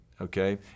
okay